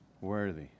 worthy